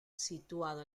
situado